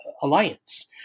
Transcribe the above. alliance